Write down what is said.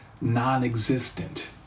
non-existent